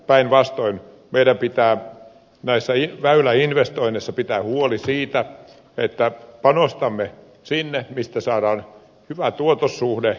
päinvastoin meidän pitää näissä väyläinvestoinneissa pitää huoli siitä että panostamme sinne mistä saadaan hyvä panostuotos suhde